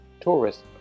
tourists